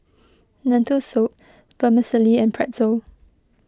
Lentil Soup Vermicelli and Pretzel